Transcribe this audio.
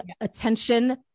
attention